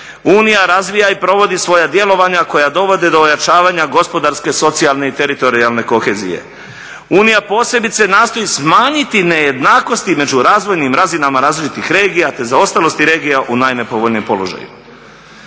unija razvija i provodi svoja djelovanja koja dovode do ojačavanja gospodarske, socijalne i teritorijalne kohezije. Unija posebice nastoji smanjiti nejednakosti između razvojnim razinama različitih regija te zaostalosti regija u najnepovoljnijem položaju."